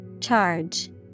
Charge